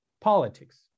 politics